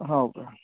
हाव का